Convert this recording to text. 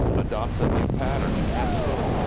adopts a new pattern and has to.